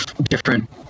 different